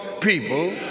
people